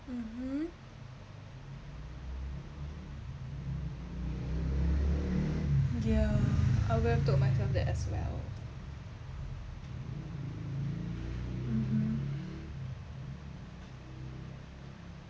mmhmm ya I would have told myself that as well mmhmm